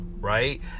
right